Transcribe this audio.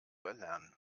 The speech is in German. erlernen